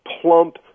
plump